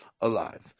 alive